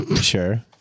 sure